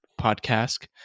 podcast